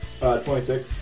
26